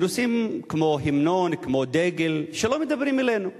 בנושאים כמו המנון, כמו דגל, שלא מדברים אלינו.